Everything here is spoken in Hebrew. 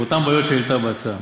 באותן בעיות שהעלתה ההצעה.